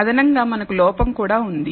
అదనంగా మనకు లోపం కూడా ఉంది